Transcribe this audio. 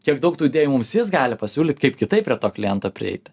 kiek daug tų idėjų mums jis gali pasiūlyt kaip kitaip prie to kliento prieiti